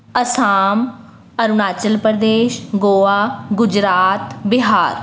Assam Arunachal Pradesh Goa Gujarat Bihar